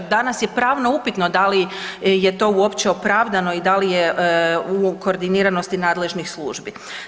Danas je pravno upitno da li je to uopće opravdano i da li je u koordiniranosti nadležnih službi.